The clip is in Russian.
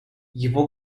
его